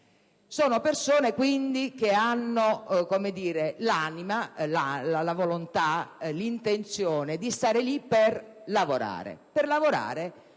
di persone che hanno l'animo, la volontà e l'intenzione di stare lì per lavorare.